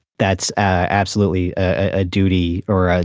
that's absolutely a duty or a,